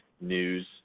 news